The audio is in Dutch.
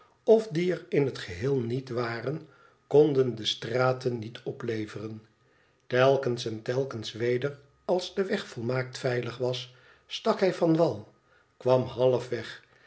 of die er in het geheel niet waren konden de straten niet opleveren telkens en telkens weder als de weg volmaakt veilig was stak hij van wal kwam halfweg